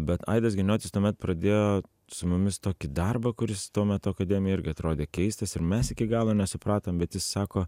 bet aidas giniotis tuomet pradėjo su mumis tokį darbą kuris tuo metu akademijoj irgi atrodė keistas ir mes iki galo nesupratom bet jis sako